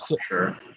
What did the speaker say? sure